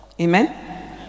Amen